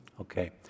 Okay